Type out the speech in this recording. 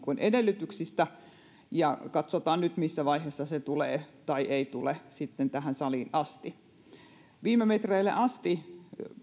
edellytyksistä katsotaan nyt missä vaiheessa se tulee tai ei tule tähän saliin asti viime metreille asti